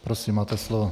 Prosím, máte slovo.